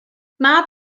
mab